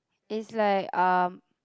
it's like um